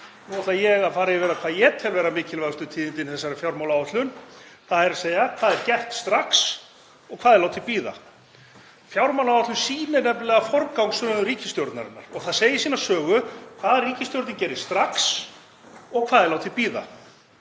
Nú ætla ég að fara yfir það hvað ég tel vera mikilvægustu tíðindin í þessari fjármálaáætlun. Það er hvað er gert strax og hvað er látið bíða. Fjármálaáætlun sýnir nefnilega forgangsröðun ríkisstjórnarinnar og það segir sína sögu hvað ríkisstjórnin gerir strax og hvað er látið bíða.